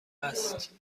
است